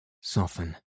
soften